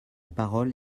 parole